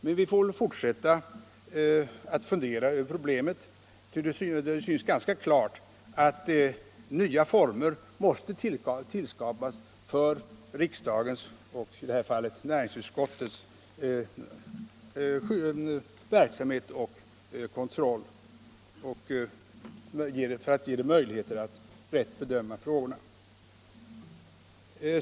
Men vi får väl fortsätta att fundera över problemet, ty det synes ganska klart att nya former måste tillskapas för riksdagens, i det här fallet näringsutskottets, kontroll för att göra det möjligt att bättre bedöma frågorna.